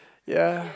ya